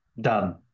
Done